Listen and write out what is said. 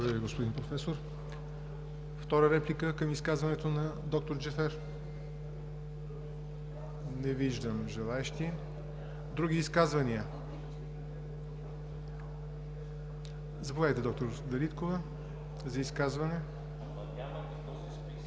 Ви, господин Професор. Втора реплика към изказването на д-р Джафер? Не виждам желаещи. Други изказвания? Заповядайте, д-р Дариткова, за изказване.